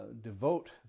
devote